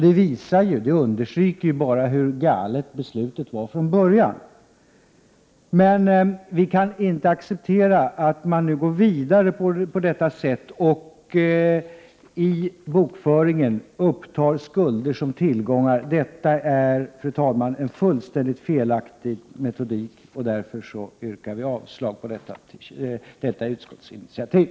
Detta understryker ju bara hur galet beslutet var från början. Vi kan inte acceptera att man går vidare på detta sätt och i bokföringen upptar skulder som tillgångar. Detta är, fru talman, en fullständigt felaktig metod, och därför yrkar vi avslag på detta utskottsinitiativ.